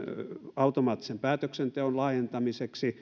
automaattisen päätöksenteon laajentamisesta